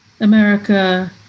America